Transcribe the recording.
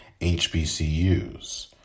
HBCUs